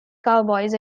cowboys